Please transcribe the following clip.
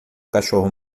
cachorro